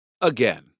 Again